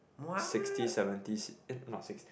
sixty seventy seat eh not six